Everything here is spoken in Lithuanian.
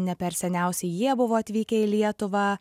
ne per seniausiai jie buvo atvykę į lietuvą